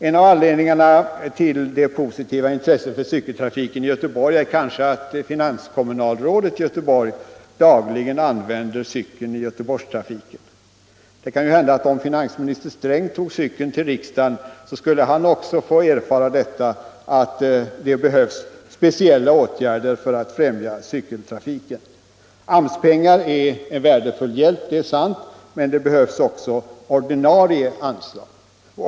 En av anledningarna till det positiva intresset för cykeltrafiken i Göteborg är kanske att finanskommunalrådet där dagligen använder cykeln i Göteborgstrafiken. Om finansminister Sträng tog cykeln till riksdagen skulle kanhända han också få erfara att det behövs speciella åtgärder för att främja cykeltrafiken. AMS-pengar är en värdefull hjälp — det är sant — men det behövs också ordinarie anslag.